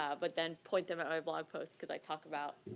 ah but then, point them at my blog post cause i talk about,